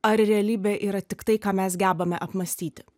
ar realybė yra tiktai ką mes gebame apmąstyti